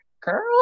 girl